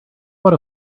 what